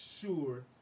sure